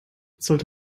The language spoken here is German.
sollte